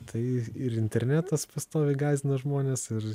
tai ir internetas pastoviai gąsdina žmones ir